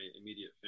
immediate